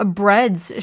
breads